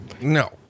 no